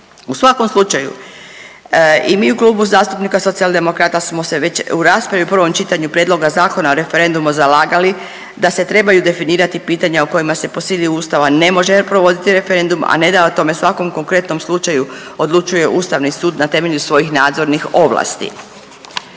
U svakom slučaju i mi u Klubu zastupnika Socijaldemokrata smo se već u raspravi u prvom čitanju Prijedloga zakona o referendumu zalagali da se trebaju definirati pitanja o kojima se po sili Ustava ne može provoditi referendum, a ne da o tome svakom konkretnom slučaju odlučuje Ustavni sud na temelju svojih nadzornih ovlasti.